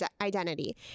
identity